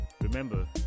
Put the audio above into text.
Remember